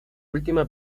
última